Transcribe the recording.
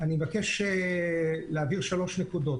אני מבקש להבהיר שלוש נקודות.